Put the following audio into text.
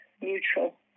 Neutral